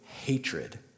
hatred